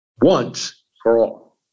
once-for-all